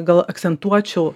gal akcentuočiau